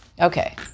Okay